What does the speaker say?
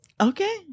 Okay